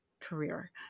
career